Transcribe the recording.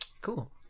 Cool